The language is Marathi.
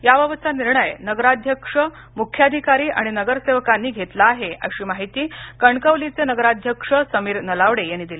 याबाबतचा निर्णय नगराध्यक्ष मुख्याधिकारी आणि नगरसेवकांनी घेतला आहे अशी माहिती कणकवलीचे नगराध्यक्ष समीर नलावडे यांनी दिली